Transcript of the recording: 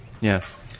Yes